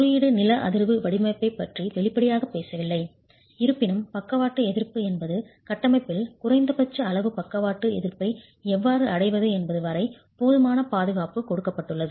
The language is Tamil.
குறியீடு நில அதிர்வு வடிவமைப்பைப் பற்றி வெளிப்படையாகப் பேசவில்லை இருப்பினும் பக்கவாட்டு எதிர்ப்பு என்பது கட்டமைப்பில் குறைந்தபட்ச அளவு பக்கவாட்டு எதிர்ப்பை எவ்வாறு அடைவது என்பது வரை போதுமான பாதுகாப்பு கொடுக்கப்பட்டுள்ளது